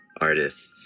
artist's